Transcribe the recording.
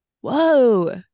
Whoa